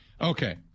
Okay